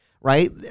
right